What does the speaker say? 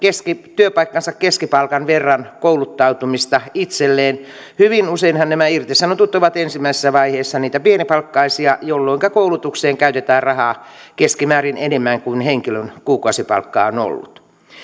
työpaikkansa keskipalkan verran kouluttautumista itselleen hyvin useinhan nämä irtisanotut ovat ensimmäisessä vaiheessa niitä pienipalkkaisia jolloinka koulutukseen käytetään rahaa keskimäärin enemmän kuin henkilön kuukausipalkka on ollut